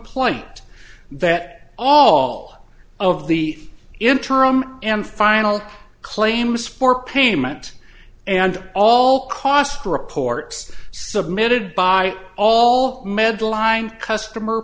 t that all of the interim and final claims for payment and all cost reports submitted by all medline customer